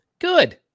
good